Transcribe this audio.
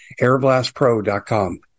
Airblastpro.com